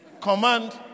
Command